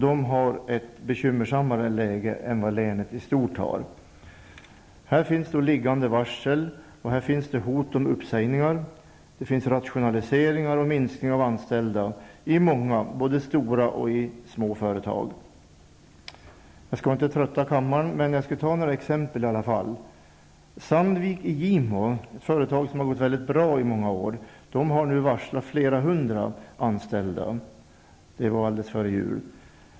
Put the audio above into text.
De har ett mer bekymmersamt läge än vad länet i stort har. Här finns liggande varsel och hot om uppsägningar, rationaliseringar och minskning av antalet anställda i många både stora och små företag. Jag skall inte trötta kammaren, men jag skall ta några exempel. Sandvik i Gimo, ett företag som gått mycket bra i många år, har nu varslat flera hundra anställda. Det skedde alldeles före jul.